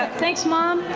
thanks, mom.